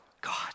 God